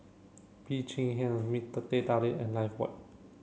Bee Cheng Hiang Mister Teh Tarik and Lifebuoy